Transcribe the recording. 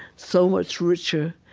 so much richer,